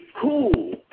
cool